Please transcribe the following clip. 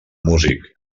músic